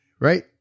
Right